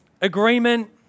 Agreement